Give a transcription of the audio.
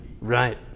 Right